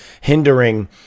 hindering